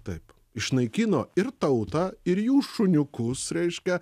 taip išnaikino ir tautą ir jų šuniukus reiškia